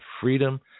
freedom